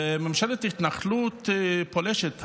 וממשלת התנחלות פולשת,